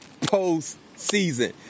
postseason